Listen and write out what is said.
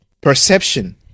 perception